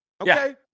Okay